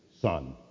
Son